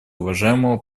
уважаемого